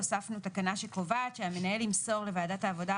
הוספנו תקנה שקובעת שהמנהל ימסור לוועדת העבודה,